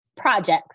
projects